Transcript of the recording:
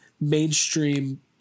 mainstream